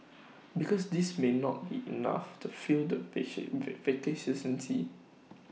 because this may not be enough to fill the